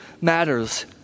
matters